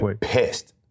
pissed